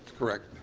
correct.